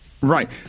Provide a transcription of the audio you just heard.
Right